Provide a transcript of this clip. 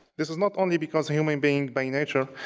this is not only because human being, by nature,